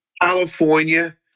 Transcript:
California